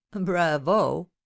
bravo